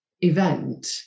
event